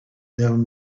down